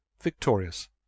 victorious